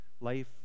life